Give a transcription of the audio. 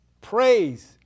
praise